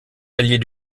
alliés